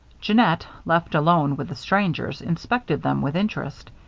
jeannette, left alone with the strangers, inspected them with interest.